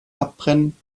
abbrennen